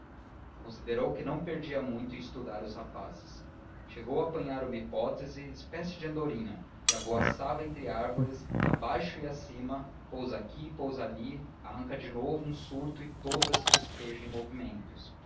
considerou que não perdia muito em estudar os rapazes chegou a apanhar uma hipótese espécie de andorinha que avoaça entre árvores abaixo e acima pousa aqui pousa ali arranca de novo um surto e toda se despeja em movimentos